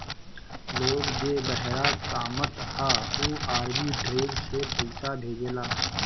लोग जे बहरा कामत हअ उ आर्बिट्रेज से पईसा भेजेला